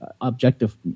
objective